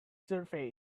surface